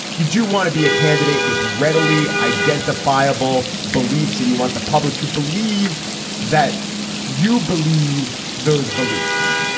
you do want to be a candidate with readily identifiable beliefs and you want the public to believe that you believe those beliefs.